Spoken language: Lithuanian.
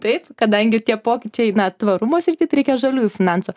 taip kadangi tie pokyčiai na tvarumo srity tai reikia žaliųjų finansų